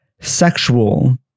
sexual